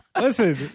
Listen